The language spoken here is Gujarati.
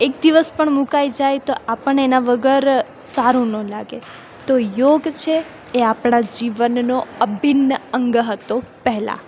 એક દિવસ પણ મુકાઇ જાય તો આપણને એનાં વગર સારું ન લાગે તો યોગ છે એ આપણાં જીવનનો અભિન્ન અંગ હતો પહેલાં